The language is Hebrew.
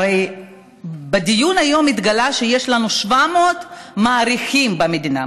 הרי בדיון היום התגלה שיש לנו 700 מעריכים במדינה.